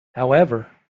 however